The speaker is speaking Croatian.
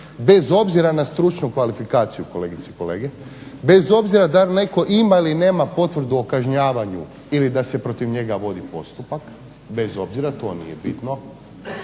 bez obzira na stručnu kvalifikaciju kolegice i kolege, bez obzira da li netko ima ili nema potvrdu o kažnjavanju ili da se protiv njega vodi postupak, bez obzira to nije bitno